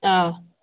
ꯑꯥ